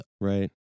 right